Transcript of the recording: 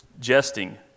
jesting